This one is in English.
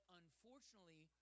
unfortunately